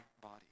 body